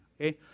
okay